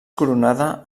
coronada